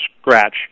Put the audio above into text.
scratch